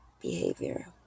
behavior